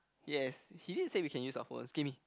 yes he did say we can use our phones give me